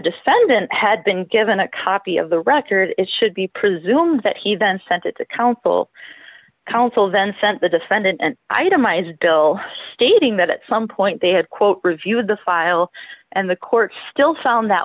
defendant had been given a copy of the record it should be presumed that he then sent it to counsel counsel then sent the defendant an itemized bill stating that at some point they had quote reviewed the file and the court still found that